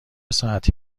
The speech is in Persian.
ساعتی